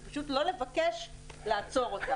זה פשוט לא לבקש לעצור אותה,